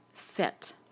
fit